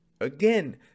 Again